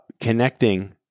connecting